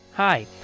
Hi